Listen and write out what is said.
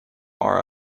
are